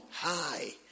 high